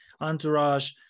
entourage